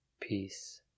Peace